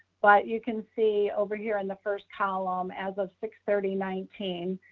but you can see over here in the first column, as of six thirty, nineteen,